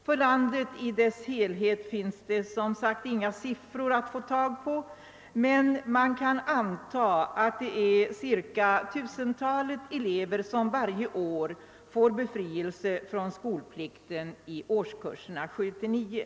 För landet i dess helhet finns det, som sagt, inga siffror tillgängliga, men man kan anta att det är cirka tusentalet elever som varje år får befrielse från skolplikten i årskurserna 7—9.